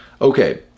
Okay